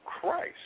Christ